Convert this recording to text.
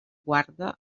guarda